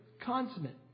consummate